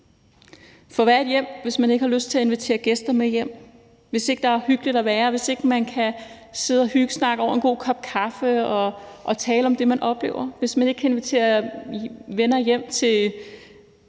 For hvad er et hjem, hvis man ikke har lyst til at invitere gæster med hjem, hvis ikke der er hyggeligt at være, hvis ikke man kan sidde og hyggesnakke over en god kop kaffe og tale om det, man oplever, hvis man ikke kan invitere venner hjem til